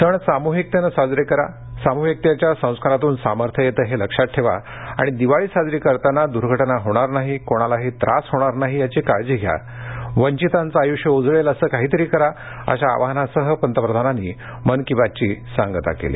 सण सामुहिकतेनं साजरे करा सामुहिकतेच्या संस्कारातून सामर्थ्य येतं हे लक्षात ठेवा आणि दिवाळी साजरी करताना दुर्घटना होणार नाही कोणालाही त्रास होणार नाही याची काळजी घ्या वंचितांचं आयुष्य उजळेल असं काहीतरी करा अशा आवाहनासह पंतप्रधानांनी मन की बात ची सांगता केली